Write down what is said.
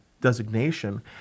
designation